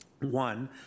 one